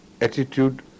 attitude